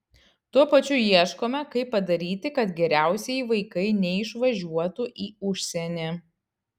tuo pačiu ieškome kaip padaryti kad geriausieji vaikai neišvažiuotų į užsienį